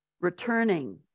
returning